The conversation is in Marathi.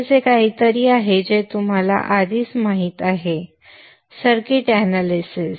हे असे काहीतरी आहे जे तुम्हाला आधीच माहित आहे सर्किट एनालिसिस